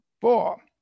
Four